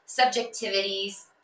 Subjectivities